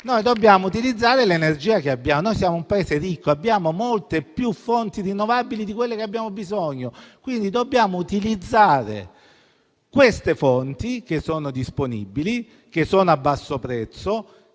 Noi dobbiamo utilizzare l'energia che abbiamo. Siamo un Paese ricco e abbiamo molte più fonti da rinnovabili di quelle di cui abbiamo bisogno. Quindi, dobbiamo utilizzare queste fonti, che sono disponibili, a basso prezzo